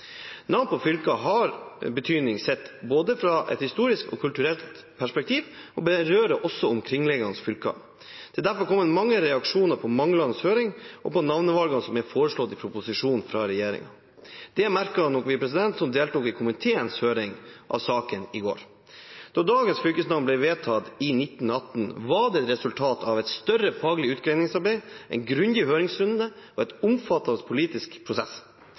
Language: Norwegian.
Navn på fylker har betydning sett fra et historisk og kulturelt perspektiv og berører også omkringliggende fylker. Det er derfor kommet mange reaksjoner på manglende høring og på navnevalgene som er foreslått i proposisjonen fra regjeringen. Det merket vi som deltok i komiteens høring i saken i går. Da dagens fylkesnavn ble vedtatt i 1918, var det et resultat av et større faglig utgreiingsarbeid, en grundig høringsrunde og en omfattende politisk prosess.